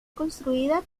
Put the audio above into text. construida